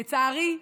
לצערי,